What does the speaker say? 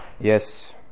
yes